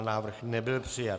Návrh nebyl přijat.